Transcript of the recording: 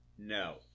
No